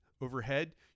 overhead